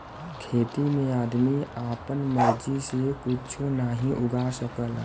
खेती में आदमी आपन मर्जी से कुच्छो नाहीं उगा सकला